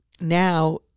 now